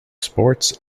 sports